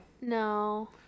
No